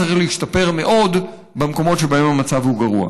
הוא צריך להשתפר מאוד במקומות שבהם המצב גרוע.